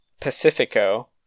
Pacifico